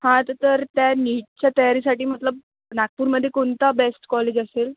हं तर तर त्या नीटच्या तयारीसाठी मतलब नागपूरमध्ये कोणता बेस्ट कॉलेज असेल